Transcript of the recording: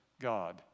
God